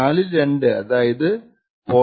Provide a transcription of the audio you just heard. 4 ൽ 2 അതായതു 0